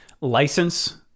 license